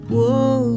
Whoa